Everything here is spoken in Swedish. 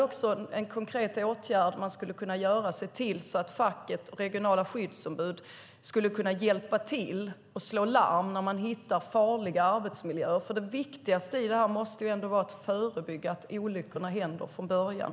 En konkret åtgärd som man skulle kunna vidta är att se till att facket och regionala skyddsombud kan hjälpa till och slå larm när de hittar farliga arbetsmiljöer. Det viktigaste i detta måste ändå vara att förebygga att olyckorna händer från början.